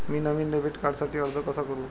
मी नवीन डेबिट कार्डसाठी अर्ज कसा करू?